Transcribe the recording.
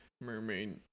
Mermaid